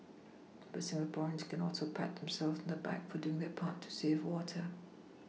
but Singaporeans can also pat themselves on the back for doing their part to save water